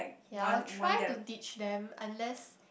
ya I will try to teach them unless